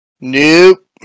Nope